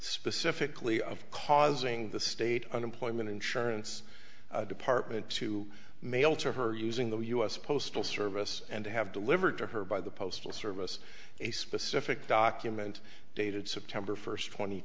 specifically of causing the state unemployment insurance department to mail to her using the u s postal service and to have delivered to her by the postal service a specific document dated september first tw